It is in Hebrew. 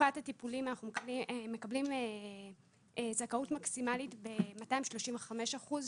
לתקופת הטיפולים מקבלים זכאות מקסימלית ב-235% אחוז,